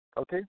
okay